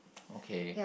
okay